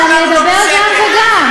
למה את מדברת עלינו?